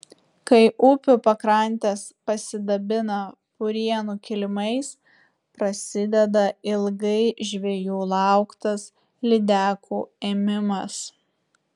kai upių pakrantės pasidabina purienų kilimais prasideda ilgai žvejų lauktas lydekų ėmimas